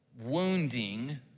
wounding